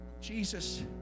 Jesus